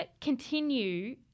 continue